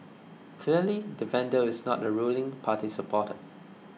clearly the vandal is not a ruling party supporter